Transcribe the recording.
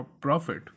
profit